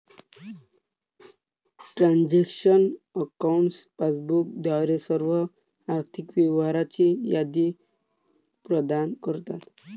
transaction accounts passbook द्वारे सर्व आर्थिक व्यवहारांची यादी प्रदान करतात